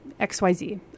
XYZ